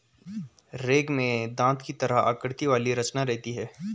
rake में दाँत की तरह आकृति वाली रचना रहती है